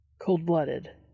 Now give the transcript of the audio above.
Cold-blooded